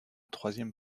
troisième